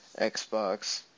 Xbox